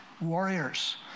warriors